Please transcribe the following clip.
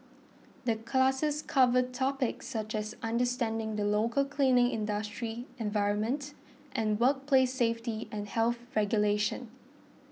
the classes cover topics such as understanding the local cleaning industry environment and workplace safety and health regulations